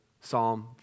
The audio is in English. Psalm